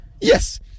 Yes